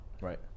right